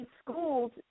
schools